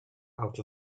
out